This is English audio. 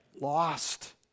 lost